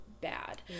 bad